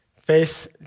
face